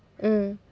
mm